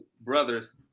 brothers